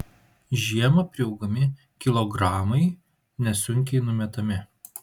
žiemą priaugami kilogramai nesunkiai numetami